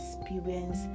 experience